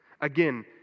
Again